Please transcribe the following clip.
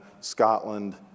Scotland